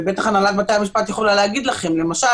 ובטח הנהלת בתי המשפט תוכל להגיד לכם: למשל,